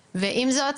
זאת,